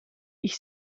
ich